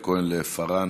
יעל כהן-פארן,